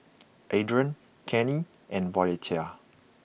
Adrain Kenny and Violetta